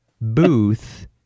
booth